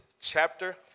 chapter